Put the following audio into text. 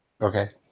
Okay